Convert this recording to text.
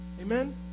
Amen